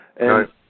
Right